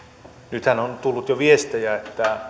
nythän on tullut jo viestejä